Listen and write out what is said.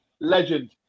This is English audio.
legend